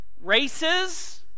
races